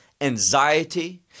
anxiety